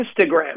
Instagram